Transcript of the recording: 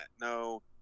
no